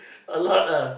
a lot ah